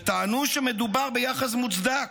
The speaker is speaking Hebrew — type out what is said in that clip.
וטענו שמדובר ביחס מוצדק,